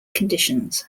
conditions